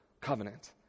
covenant